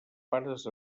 pares